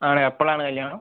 ആണ് എപ്പോളാണ് കല്യാണം